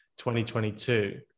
2022